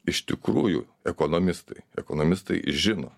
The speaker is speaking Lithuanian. iš tikrųjų ekonomistai ekonomistai žino